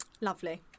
Lovely